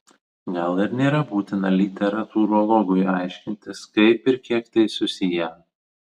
gal ir nėra būtina literatūrologui aiškintis kaip ir kiek tai susiję